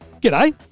g'day